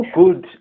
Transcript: good